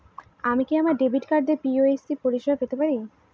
আমি কি আমার ডেবিট কার্ড দিয়ে পি.ও.এস পরিষেবা পেতে পারি?